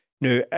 Now